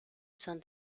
son